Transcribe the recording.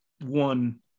one